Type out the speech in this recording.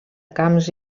camps